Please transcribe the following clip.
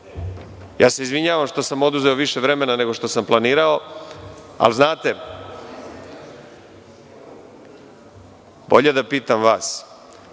izvinjavam se što sam oduzeo više vremena nego što sam planirao. Ali, znate, bolje da pitam vas,